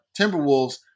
Timberwolves